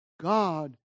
God